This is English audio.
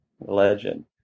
Legend